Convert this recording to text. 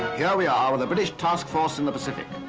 here we are with the british task force in the pacific,